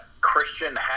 Christian